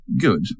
good